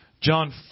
John